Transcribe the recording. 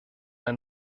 ein